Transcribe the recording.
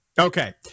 Okay